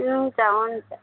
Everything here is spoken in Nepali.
हुन्छ हुन्छ